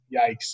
Yikes